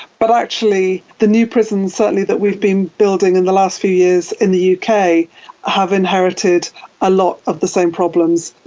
but actually the new prisons certainly that we've been building in the last few years in the uk have inherited a lot of the same problems,